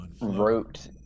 wrote